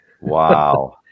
Wow